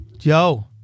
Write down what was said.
Yo